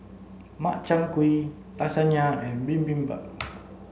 Makchang Gui Lasagna and Bibimbap